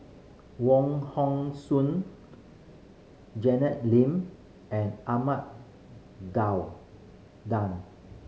Wong Hong Suen Janet Lim and Ahmad Daud